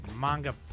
manga